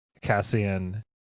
cassian